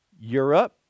Europe